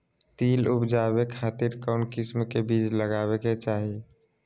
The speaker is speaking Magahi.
तिल उबजाबे खातिर कौन किस्म के बीज लगावे के चाही?